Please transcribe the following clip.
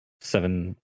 seven